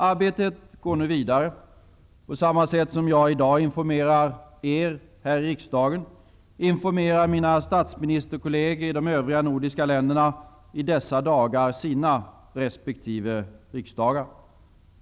Arbetet går nu vidare. På samma sätt som jag i dag informerar riksdagen här, informerar mina statsministerkolleger i de övriga nordiska länderna i dessa dagar sina resp. riksdagar.